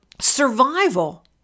survival